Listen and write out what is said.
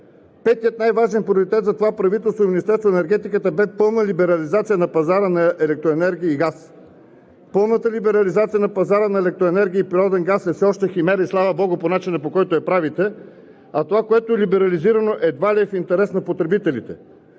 Петият най-важен приоритет за това правителство и Министерството на енергетиката бе пълна либерализация на пазара на електроенергия и газ. Пълната либерализация на пазара на електроенергия и природен газ е все още химера и, слава богу, по начина, по който я правите, а това, което е либерализирано, едва ли е в интерес на потребителите.